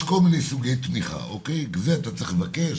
יש כל מיני סוגי תמיכה - זה אתה צריך לבקש.